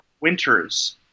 Winters